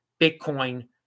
Bitcoin